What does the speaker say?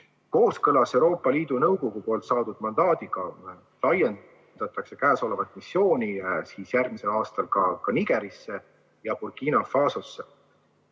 Kooskõlas Euroopa Liidu Nõukogu poolt saadud mandaadiga laiendatakse käesolevat missiooni järgmisel aastal ka Nigerisse ja Burkina Fasosse.